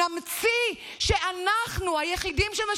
את לא